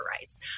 rights